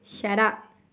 shut up